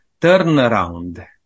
turnaround